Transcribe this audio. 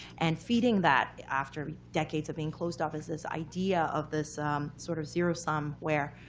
and feeding that, after decades of being closed off, is this idea of this sort of zero sum where,